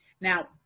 Now